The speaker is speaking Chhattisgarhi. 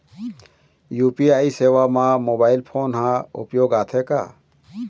यू.पी.आई सेवा म मोबाइल फोन हर उपयोग आथे का?